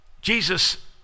Jesus